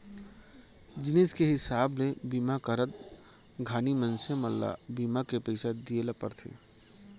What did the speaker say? जिनिस के हिसाब ले बीमा करत घानी मनसे मन ल बीमा के पइसा दिये ल परथे